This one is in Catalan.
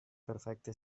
perfecte